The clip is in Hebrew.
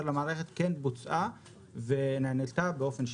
למערכת כן בוצעה ונענתה באופן שלילי.